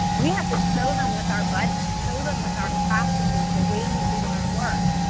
we have to show them with our budget. show them with our practices, the way we do our work.